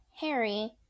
Harry